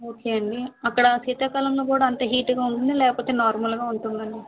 okay అండి అక్కడ శీతాకాలంలో గూడా అంత హీటుగ ఉంటుందా లేకపోతే నార్మల్గా ఉంటుందా అండి